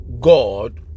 God